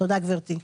תודה, גברתי.